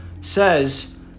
says